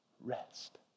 rest